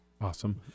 Awesome